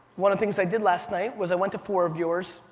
one of the things i did last night was i went to four of yours,